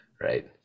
right